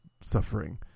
suffering